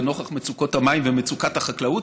לנוכח מצוקת המים ומצוקת החקלאות.